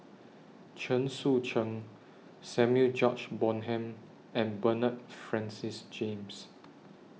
Chen Sucheng Samuel George Bonham and Bernard Francis James